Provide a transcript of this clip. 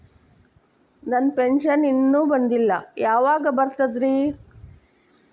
ನನ್ನ ಪೆನ್ಶನ್ ಇನ್ನೂ ಬಂದಿಲ್ಲ ಯಾವಾಗ ಬರ್ತದ್ರಿ?